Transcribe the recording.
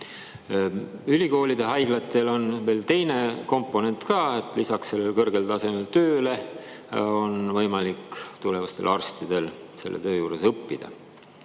Ülikoolide haiglatel on veel teine komponent ka: lisaks kõrgel tasemel tööle on võimalik tulevastel arstidel selle töö juures õppida.